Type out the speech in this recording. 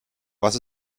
was